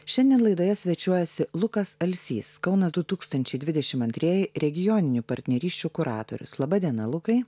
šiandien laidoje svečiuojasi lukas alsys kaunas du tūkstančiai dvidešim antrieji regioninių partnerysčių kuratorius laba diena lukai